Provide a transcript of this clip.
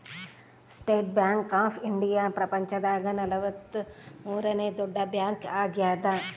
state bank of India ಪ್ರಪಂಚ ದಾಗ ನಲವತ್ತ ಮೂರನೆ ದೊಡ್ಡ ಬ್ಯಾಂಕ್ ಆಗ್ಯಾದ